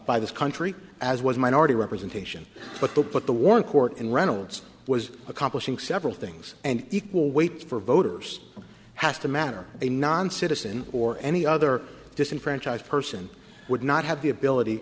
by this country as was minority representation but the put the warren court and reynolds was accomplishing several things and equal weight for voters has to matter a non citizen or any other disenfranchised person would not have the ability